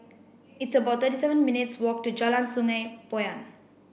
it's about thirty seven minutes' walk to Jalan Sungei Poyan